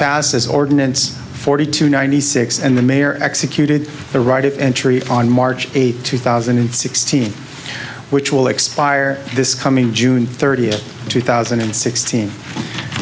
passed as ordinance forty two ninety six and the mayor executed the right of entry on march eighth two thousand and sixteen which will expire this coming june thirtieth two thousand and sixteen